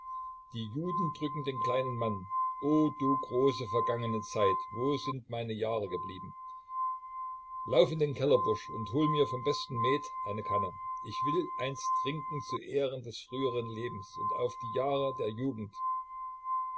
die juden drücken den kleinen mann o du große vergangene zeit wo sind meine jahre geblieben lauf in den keller bursch und hol mir vom besten met eine kanne ich will eins trinken zu ehren des früheren lebens und auf die jahre der jugend